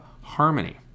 Harmony